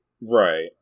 Right